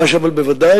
מה ראו מה קורה?